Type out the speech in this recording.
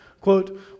quote